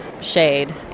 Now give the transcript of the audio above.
shade